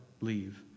leave